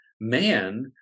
man